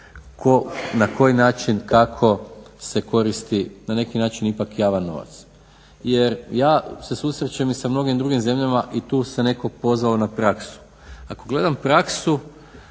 na koji način, kako se koristi na neki način ipak javan novac. Jer ja se susrećem i sa mnogim drugim zemljama i tu se netko pozvao na praksu. Ako gledam praksu